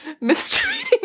mistreating